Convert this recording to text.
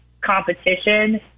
competition